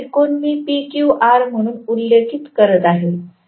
हा त्रिकोण मी PQR म्हणून उल्लेख करीत आहे